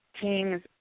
teams